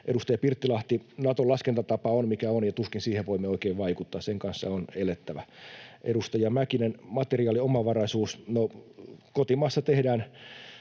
Edustaja Pirttilahti, Naton laskentatapa on mikä on, ja tuskin siihen voimme oikein vaikuttaa. Sen kanssa on elettävä. Edustaja Mäkinen: materiaaliomavaraisuus. No, kotimaassa tehdään